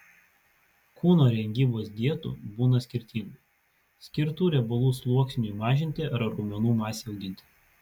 kūno rengybos dietų būna skirtingų skirtų riebalų sluoksniui mažinti ar raumenų masei auginti